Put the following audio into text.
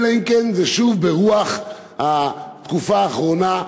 אלא אם כן זה שוב ברוח התקופה האחרונה,